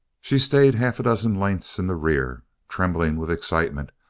she stayed half a dozen lengths in the rear, trembling with excitement,